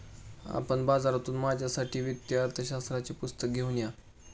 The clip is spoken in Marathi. आपण बाजारातून माझ्यासाठी वित्तीय अर्थशास्त्राचे पुस्तक घेऊन या